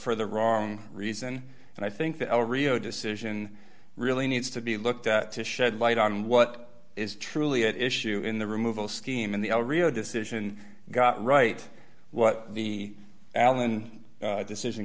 for the wrong reason and i think that the rio decision really needs to be looked at to shed light on what is truly at issue in the removal scheme in the rio decision got right what the allen decision